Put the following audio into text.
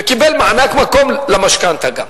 וקיבל מענק מקום למשכנתה גם.